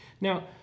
Now